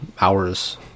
hours